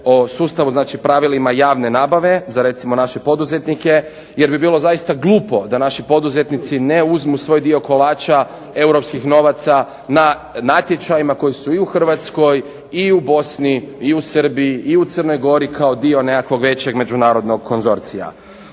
o sustavu, znači pravilima javne nabave za recimo naše poduzetnike. Jer bi bilo zaista glupo da naši poduzetnici ne uzmu svoj dio kolača europskih novaca na natječajima koji su i u Hrvatskoj, i u Bosni i u Srbiji i u Crnoj Gori kao dio nekakvog većeg međunarodnog konzorcija.